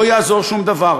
לא יעזור שום דבר.